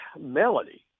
melody